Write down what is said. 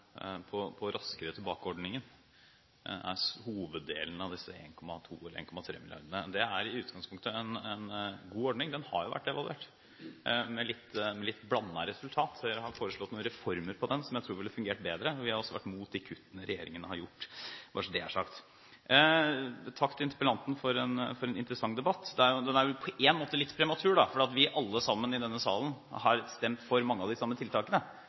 i utgangspunktet en god ordning. Den har vært evaluert med litt blandet resultat. Høyre har foreslått noen reformer i den som jeg tror ville fungert bedre. Vi har også vært imot de kuttene som regjeringen har gjort – bare så det er sagt. Takk til interpellanten for en interessant debatt. Den er på en måte litt prematur fordi vi alle sammen i denne salen har stemt for mange av de samme tiltakene.